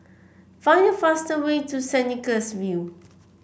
find the fastest way to Saint Nicholas View